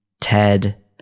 Ted